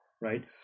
right